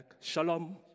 Shalom